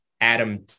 Adam